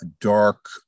dark